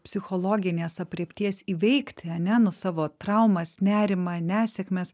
psichologinės aprėpties įveikti ane nu savo traumas nerimą nesėkmes